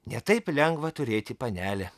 ne taip lengva turėti panelę